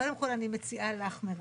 קודם כל, אני מציעה לך, מירב,